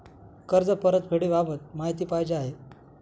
कर्ज परतफेडीबाबत माहिती पाहिजे आहे